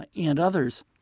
and others